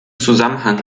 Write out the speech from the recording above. zusammenhang